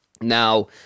now